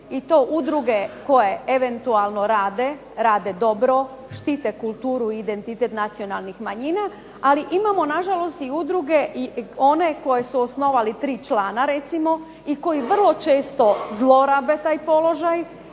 I to udruge koje eventualno rade, rade dobro, štite kulturu i identitet nacionalnih manjina. Ali imamo na žalost i udruge one koje su osnovali tri člana recimo i koji vrlo često zlorabe taj položaj,